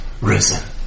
risen